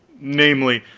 namely,